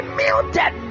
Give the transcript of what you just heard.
muted